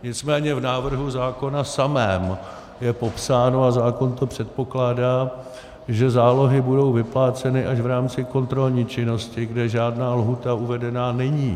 Nicméně v návrhu zákona samém je popsáno, a zákon to předpokládá, že zálohy budou vypláceny až v rámci kontrolní činnosti, kde žádná lhůta uvedena není.